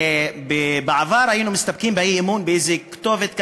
בעבר היינו מסתפקים באי-אמון באיזה כתובת,